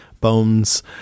bones